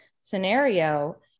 scenario